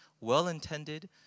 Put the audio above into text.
well-intended